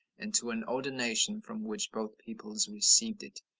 and to an older nation, from which both peoples received it.